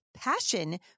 passion